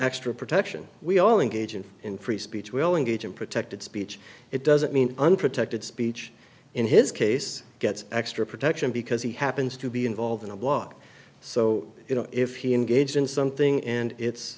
extra protection we are engaging in free speech will engage in protected speech it doesn't mean unprotected speech in his case gets extra protection because he happens to be involved in a blog so you know if he engaged in something and it's